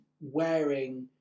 wearing